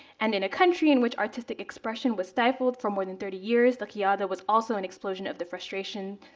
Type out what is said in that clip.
and in a country in which artistic expression was stifled for more than thirty years, the qiyada was also an explosion of the frustration,